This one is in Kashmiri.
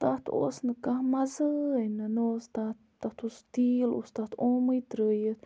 تَتھ اوس نہٕ کانٛہہ مَزٲے نہٕ نَہ اوس تَتھ تَتھ اوس تیٖل اوس تَتھ اومُے ترٲیِتھ